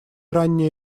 ранняя